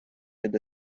іде